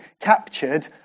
captured